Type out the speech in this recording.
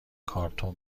کارتو